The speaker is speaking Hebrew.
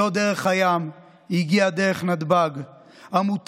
לא דרך הים, היא הגיעה דרך נתב"ג.